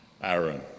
Aaron